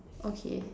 okay